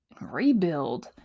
rebuild